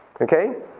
Okay